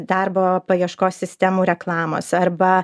darbo paieškos sistemų reklamos arba